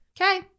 Okay